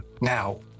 Now